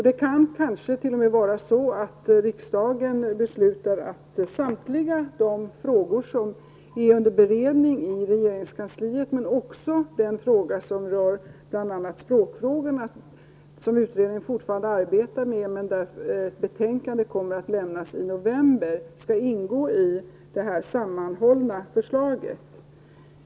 Det kanske t.o.m. kan vara så att riksdagen beslutar att samtliga de frågor som är under beredning i regeringskansliet men också den fråga som rör bl.a. språkfrågorna, som utredningen fortfarande arbetar med men där betänkandet kommer att lämnas i november, skall ingå i det sammanhållna förslaget.